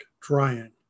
drying